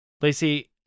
Lacey